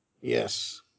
Yes